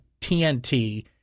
TNT